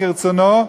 כרצונו,